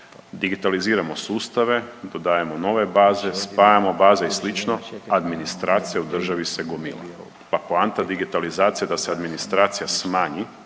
digitaliziramo sustave, dodajemo nove baze, spajamo baze i slično, administracija u državi se gomila, pa je poanta digitalizacije da se administracija smanji